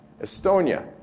Estonia